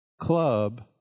club